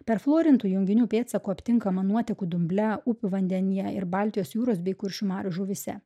perfluorintų junginių pėdsakų aptinkama nuotekų dumble upių vandenyje ir baltijos jūros bei kuršių marių žuvyse